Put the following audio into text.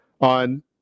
on